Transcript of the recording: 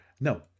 No